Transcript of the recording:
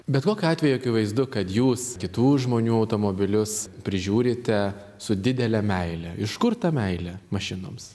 bet kokiu atveju akivaizdu kad jūs kitų žmonių automobilius prižiūrite su didele meile iš kur ta meilė mašinoms